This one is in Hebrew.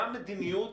מה המדיניות